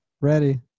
ready